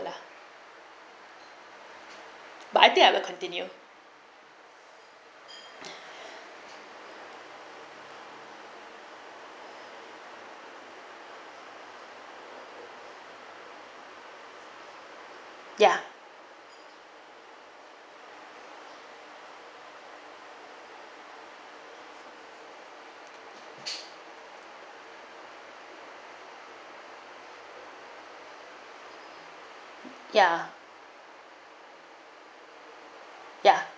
lah but I think i'll continue ya ya ya